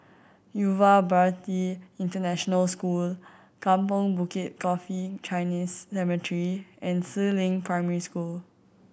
Yuva Bharati International School Kampong Bukit Coffee Chinese Cemetery and Si Ling Primary School